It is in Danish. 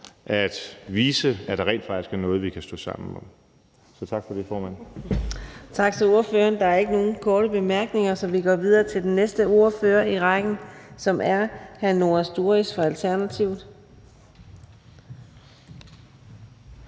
at vise, at der rent faktisk er noget, vi kan stå sammen om. Så tak for det, formand. Kl. 00:03 Fjerde næstformand (Karina Adsbøl): Tak til ordføreren. Der er ikke nogen korte bemærkninger, så vi går videre til den næste ordfører i rækken, som er hr. Noah Sturis fra Alternativet.